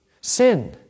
sin